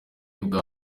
bwa